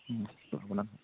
ओम लाबोनांगोन